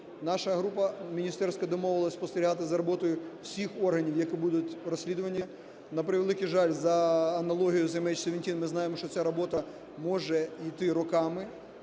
Наша група міністерська домовилась спостерігати за роботою всіх органів, які будуть в розслідуванні. На превеликий жаль, за аналогією з МН17 ми знаємо, що ця робота може йти роками.